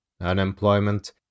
Unemployment